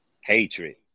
Hatred